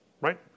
right